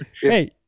hey